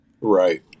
Right